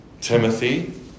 Timothy